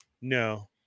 no